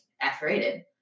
f-rated